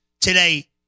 Today